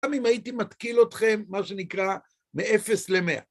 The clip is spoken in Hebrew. אם הייתי מתקיל אתכם, מה שנקרא, מ-0 ל-100.